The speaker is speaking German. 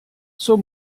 zur